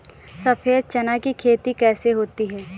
सफेद चना की खेती कैसे होती है?